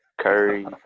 Curry